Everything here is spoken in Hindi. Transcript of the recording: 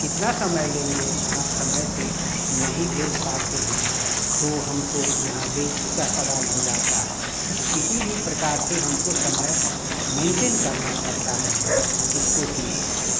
कितना समय लेंगे आप समय से नहीं भेज पाते है तो हमको यहाँ बेइज्जती का सवाल हो जाता है किस किसी भी प्रकार से हमको समय मेंटेन करना पड़ता है जिसको की